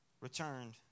returned